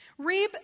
Reeb